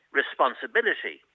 responsibility